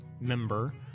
member